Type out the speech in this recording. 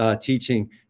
teaching